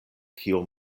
kio